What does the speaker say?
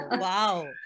Wow